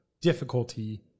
difficulty